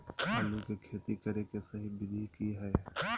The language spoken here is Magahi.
आलू के खेती करें के सही विधि की हय?